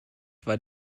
war